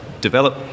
develop